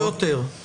לא יותר.